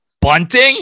bunting